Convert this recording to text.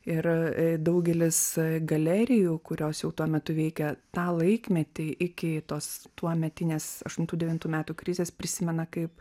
ir daugelis galerijų kurios jau tuo metu veikė tą laikmetį iki tos tuometinės aštuntų devintų metų krizės prisimena kaip